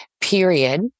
Period